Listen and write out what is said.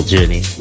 journey